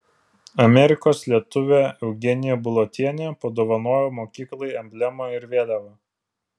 amerikos lietuvė eugenija bulotienė padovanojo mokyklai emblemą ir vėliavą